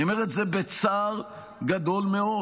אני אומר את זה בצער גדול מאוד,